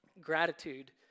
gratitude